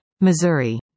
Missouri